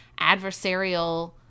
adversarial